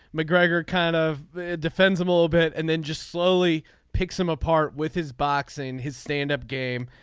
mcgregor kind of defends him a little bit and then just slowly picks him apart with his boxing his stand up game.